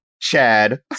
Chad